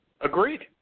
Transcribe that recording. Agreed